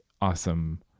awesome